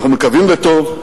אנחנו מקווים לטוב,